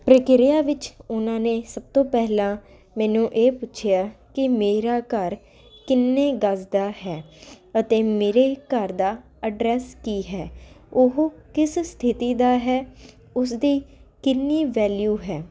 ਪ੍ਰਕਿਰਿਆ ਵਿੱਚ ਉਹਨਾਂ ਨੇ ਸਭ ਤੋਂ ਪਹਿਲਾਂ ਮੈਨੂੰ ਇਹ ਪੁੱਛਿਆ ਕਿ ਮੇਰਾ ਘਰ ਕਿੰਨੇ ਗਜ਼ ਦਾ ਹੈ ਅਤੇ ਮੇਰੇ ਘਰ ਦਾ ਐਡਰੈਸ ਕੀ ਹੈ ਉਹ ਕਿਸ ਸਥਿਤੀ ਦਾ ਹੈ ਉਸ ਦੀ ਕਿੰਨੀ ਵੈਲਿਊ ਹੈ